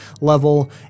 level